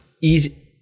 easy